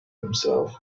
himself